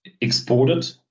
exported